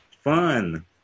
Fun